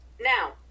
Now